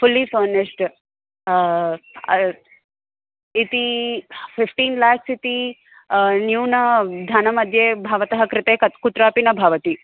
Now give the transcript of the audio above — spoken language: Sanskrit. फु़ल्लि फ़निश्ड् इति फ़िफ़्टीन् लाक्स् इति न्यूनधनस्य मध्ये भवतः कृते कत् कुत्रापि न भवति